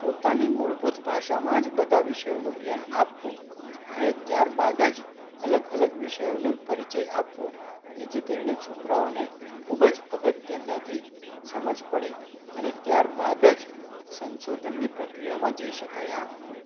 પોતાની મૂળભૂત ભાષામાં જ બધા વિષયોનું જ્ઞાન આપવું અને ત્યારબાદ જ અલગ અલગ વિષયોનો પરિચય આપવો જેથી કરીને છોકરાઓને ખૂબ જ અગત્યતાથી સમજ પડે અને ત્યારબાદ જ સંશોધનની પ્રક્રિયામાં જઈ શકાય આમ